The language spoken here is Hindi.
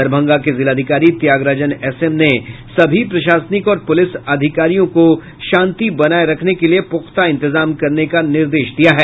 दरभंगा के जिलाधिकारी त्यागराजन एस एम ने सभी प्रशासनिक और पुलिस अधिकारियों को शांति बनाये रखने के लिये पुख्ता इंतजाम करने का निर्देश दिया है